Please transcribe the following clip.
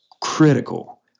critical